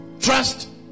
trust